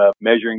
measuring